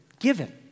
given